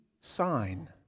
sign